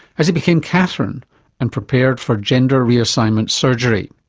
as he became katherine and prepared for gender re-assignment surgery.